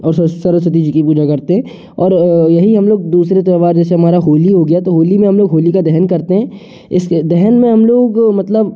और सरस्वती जी की पूजा करते हैं और यही हम लोग दूसरे त्यौहार जैसे हमारा होली हो गया तो होली में हम लोग होलिका दहन करते हैं इसलिए दहन में हम लोग मतलब